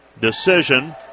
decision